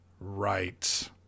Right